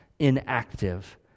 inactive